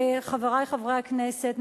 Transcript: חברי חברי הכנסת,